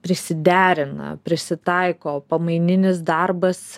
prisiderina prisitaiko pamaininis darbas